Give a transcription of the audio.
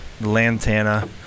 lantana